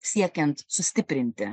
siekiant sustiprinti